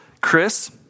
Chris